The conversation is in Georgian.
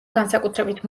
განსაკუთრებით